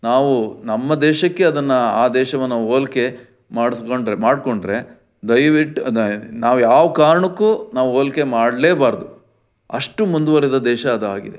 ನಾವು ನಮ್ಮ ದೇಶಕ್ಕೆ ಅದನ್ನು ಆ ದೇಶವನ್ನು ಹೋಲ್ಕೆ ಮಾಡಿಸ್ಕೊಂಡ್ರೆ ಮಾಡಿಕೊಂಡ್ರೆ ದಯ್ವಿಟ್ಟು ಅದ್ನ ನಾವು ಯಾವ ಕಾರಣಕ್ಕೂ ನಾವು ಹೋಲ್ಕೆ ಮಾಡಲೇಬಾರ್ದು ಅಷ್ಟು ಮುಂದುವರಿದ ದೇಶ ಅದಾಗಿದೆ